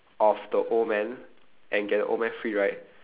off the old man and get the old man free right